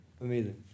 Amazing